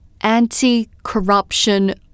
anti-corruption